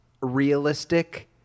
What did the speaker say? realistic